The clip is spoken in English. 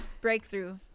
Breakthrough